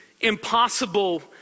impossible